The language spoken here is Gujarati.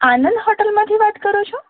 આનંદ હોટેલમાંથી વાત કરો છો